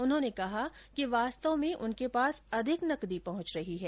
उन्होंने कहा कि वास्तव में उनके पास अधिक नकदी पहुंच रही है